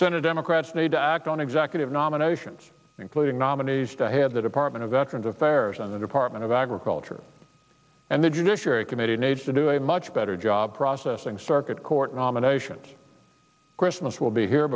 senate democrats need to act on executive nominations including nominees to head the department of veterans affairs and the department of agriculture and the judiciary committee needs to do a much better job processing circuit court nomination christmas will be here